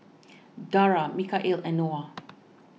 Dara Mikhail and Noah